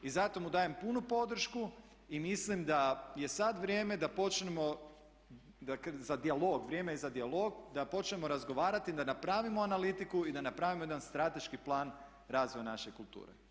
I zato mu dajem punu podršku i mislim da je sad vrijeme da počnemo, vrijeme je za dijalog, da počnemo razgovarati, da na pravimo analitiku i da napravimo jedan strateški plan razvoja naše kulture.